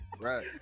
Right